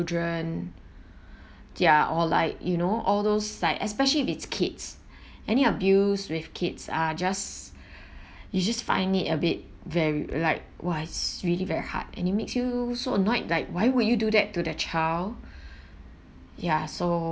ya or like you know all those like especially if it's kids any abuse with kids are just you just find it a bit very like !wah! is really very hard and it makes you so annoyed like why would you do that to the child ya so